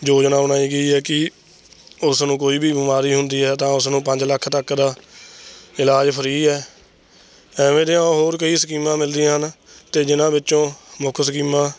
ਯੋਜਨਾ ਬਣਾਈ ਗਈ ਹੈ ਕਿ ਉਸਨੂੰ ਕੋਈ ਵੀ ਬਿਮਾਰੀ ਹੁੰਦੀ ਹੈ ਤਾਂ ਉਸਨੂੰ ਪੰਜ ਲੱਖ ਤੱਕ ਦਾ ਇਲਾਜ ਫਰੀ ਹੈ ਐਵੇਂ ਦੀਆਂ ਹੋਰ ਕਈ ਸਕੀਮਾਂ ਮਿਲਦੀਆਂ ਹਨ ਅਤੇ ਜਿਨ੍ਹਾਂ ਵਿੱਚੋਂ ਮੁੱਖ ਸਕੀਮਾਂ